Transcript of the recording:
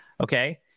Okay